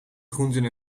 groenten